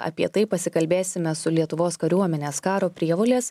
apie tai pasikalbėsime su lietuvos kariuomenės karo prievolės